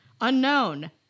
Unknown